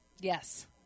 Yes